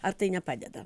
ar tai nepadeda